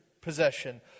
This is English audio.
possession